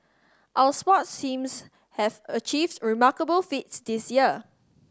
our sports teams have achieved remarkable feats this year